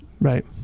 Right